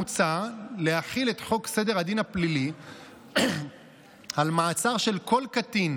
מוצע להחיל את חוק סדר הדין הפלילי על מעצר של כל קטין